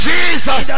Jesus